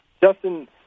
justin